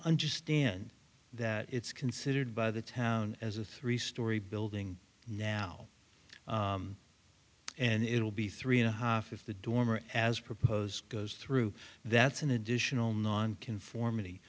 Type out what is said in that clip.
understand that it's considered by the town as a three story building now and it will be three and a half if the dormer as proposed goes through that's an additional nonconformity